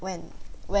when